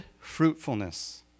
fruitfulness